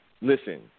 listen